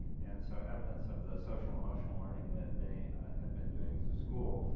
and so evidence of the social emotional learning that they had been doing as a school.